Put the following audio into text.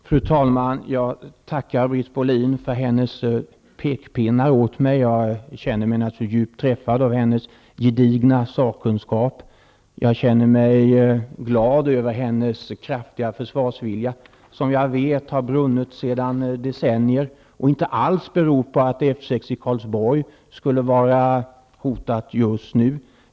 Fru talman! Jag tackar Britt Bohlin för hennes pekpinnar åt mig. Jag känner mig djupt träffad av hennes gedigna sakkunskap. Jag känner mig glad över hennes kraftiga försvarsvilja, som jag vet har brunnit sedan decennier och inte alls beror på att F 6 i Karlsborg skulle vara hotad just nu.